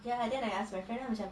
ya and then I ask my friend lah which I